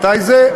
מתי זה?